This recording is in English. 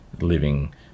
living